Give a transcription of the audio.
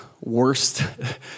worst